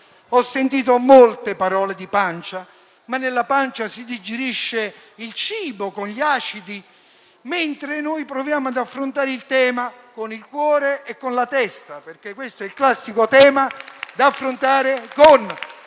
Ho sentito molte parole di pancia, dove però si digerisce il cibo con gli acidi, mentre noi proviamo ad affrontare il tema con il cuore e con la testa, perché questo è il classico tema da affrontare con